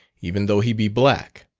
even though he be black.